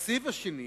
והסעיף השני: